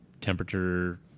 temperature